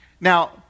Now